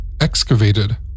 excavated